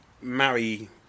marry